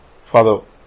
Father